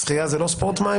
שחיה זה לא ספורט מים?